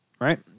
right